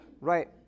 Right